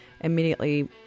immediately